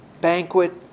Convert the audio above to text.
banquet